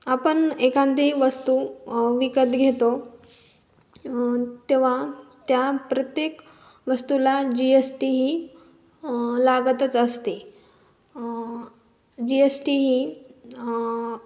आपन एखांदी वस्तू विकत घेतो तेव्हा त्या प्रत्येक वस्तूला जी एस टी ही लागतच असते जी एस टी ही